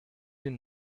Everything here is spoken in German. den